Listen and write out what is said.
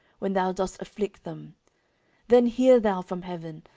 when thou dost afflict them then hear thou from heaven,